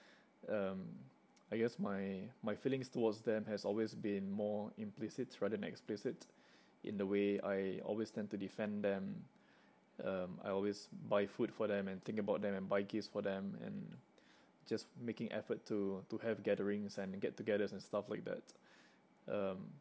um I guess my my feelings towards them has always been more implicit rather than explicit in the way I always tend to defend them um I always buy food for them and think about them and buy gifts for them and just making effort to to have gatherings and get-togethers and stuff like that um